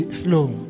slow